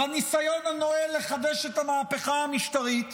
בניסיון הנואל לחדש את המהפכה המשטרית,